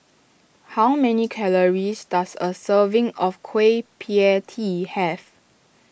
how many calories does a serving of Kueh Pie Tee have